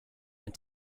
and